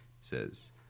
says